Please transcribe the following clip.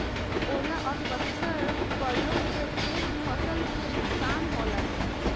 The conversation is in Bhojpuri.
ओला अउर पत्थर पड़लो से ढेर फसल के नुकसान होला